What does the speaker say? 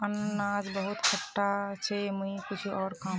अनन्नास बहुत खट्टा छ मुई कुछू आरोह खाम